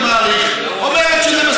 שאני מעריך,